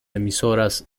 emisoras